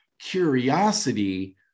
curiosity